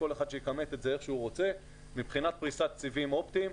כל אחד שיכמת את זה איך שהוא רוצה מבחינת פריסת סיבים אופטיים.